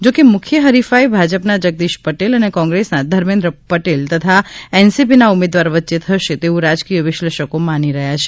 જોકે મુખ્ય હરિફાઈ ભાજપના જગદીશ પટેલ અને કોંગ્રેસના ધર્મેન્દ્ર પટેલ તથા એનસીપીના ઉમેદવાર વચ્ચે થશે તેવું રાજકીય વિશ્લેષકો માની રહ્યા છે